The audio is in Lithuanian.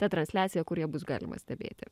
ta transliacija kur ją bus galima stebėti